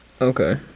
Okay